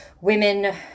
women